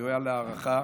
ראויה להערכה.